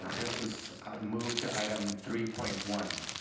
this was moved to item three point one,